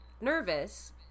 nervous